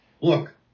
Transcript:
look